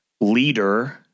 leader